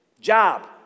Job